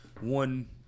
one